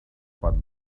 but